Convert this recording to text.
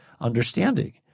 understanding